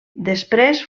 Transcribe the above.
després